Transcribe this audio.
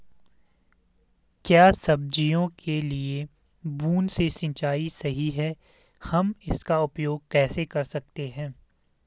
क्या सब्जियों के लिए बूँद से सिंचाई सही है हम इसका उपयोग कैसे कर सकते हैं?